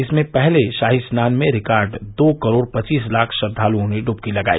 इसमें पहले शाही स्नान में रिकार्ड दो करोड़ पचीस लाख श्रद्दालुओं ने डुबकी लगाई